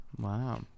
Wow